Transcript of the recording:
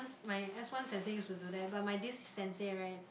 my S one sensei used to do that but my this sensei right